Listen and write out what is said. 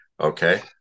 okay